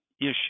issue